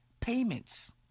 payments